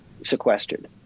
sequestered